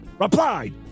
Replied